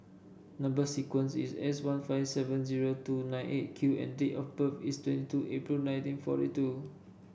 number sequence is S one five seven zero two nine Eight Q and date of birth is twenty two April nineteen forty two